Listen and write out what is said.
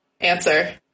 answer